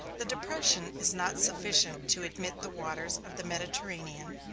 the depression is not sufficient to admit the waters of the mediterranean,